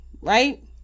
right